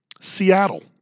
Seattle